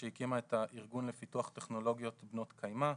שהקימה את הארגון לפיתוח טכנולוגיות בנות קיימא,